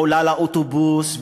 עולה לאוטובוס,